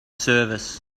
service